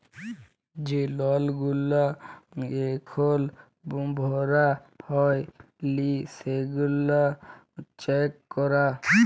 যে লল গুলা এখল ভরা হ্যয় লি সেগলা চ্যাক করা